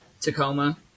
Tacoma